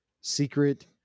secret